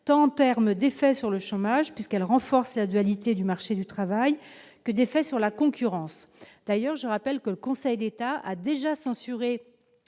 tant en termes d'effets sur le chômage, puisqu'elle renforce la dualité du marché du travail, que d'effets sur la concurrence. D'ailleurs, je rappelle que le Conseil d'État a déjà censuré